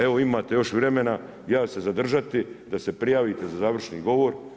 Evo imate još vremena, ja ću se zadržati da se prijavite za završni govor.